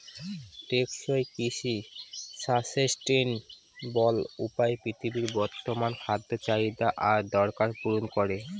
টেকসই কৃষি সাস্টেইনাবল উপায়ে পৃথিবীর বর্তমান খাদ্য চাহিদা আর দরকার পূরণ করে